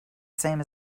same